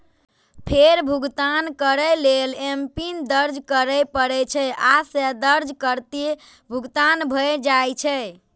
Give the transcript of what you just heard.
फेर भुगतान करै लेल एमपिन दर्ज करय पड़ै छै, आ से दर्ज करिते भुगतान भए जाइ छै